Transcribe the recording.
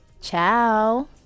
Ciao